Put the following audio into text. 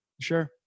Sure